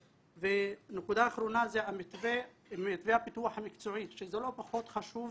נקודה אחרונה זה מתווה הפיתוח המקצועי שזה לא פחות חשוב,